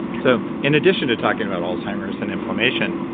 so in addition to talking about alzheimer's and inflammation,